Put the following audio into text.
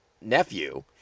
nephew